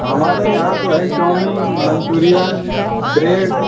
हमारे यहाँ तो है चउमिन मंचूरियन ब्रेड